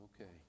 okay